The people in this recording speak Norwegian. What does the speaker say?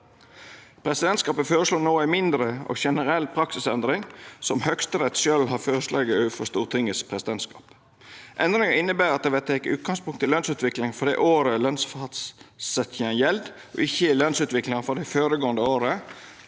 Presidentskapet føreslår no ei mindre og generell praksisendring, som Høgsterett sjølv har føreslege overfor Stortingets presidentskap. Endringa inneber at det vert teke utgangspunkt i lønsutviklinga for det året lønsfastsetjinga gjeld, og ikkje i lønsutviklinga for det føregåande året.